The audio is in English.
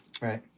Right